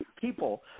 people